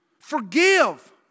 Forgive